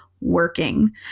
working